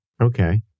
Okay